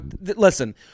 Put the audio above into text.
listen